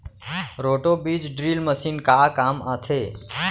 Roto बीज drill machine का काम आथे?